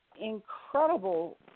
incredible